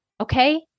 okay